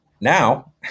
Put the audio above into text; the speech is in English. now